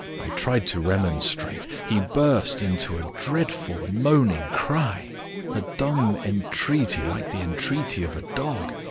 i tried to remonstrate. he burst into a dreadful moaning cry a dumb entreaty, like the entreaty of a dog.